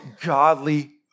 godly